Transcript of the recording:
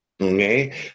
okay